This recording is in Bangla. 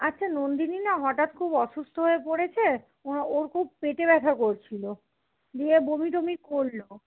আচ্ছা নন্দিনী না হঠাৎ খুব অসুস্থ হয়ে পড়েছে ওর ওর খুব পেটে ব্যথা করছিল দিয়ে বমি টমি করলো